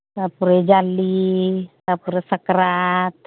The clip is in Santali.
ᱛᱟᱨᱯᱚᱨᱮ ᱡᱟᱞᱮ ᱛᱟᱨᱯᱚᱨᱮ ᱥᱟᱠᱨᱟᱛ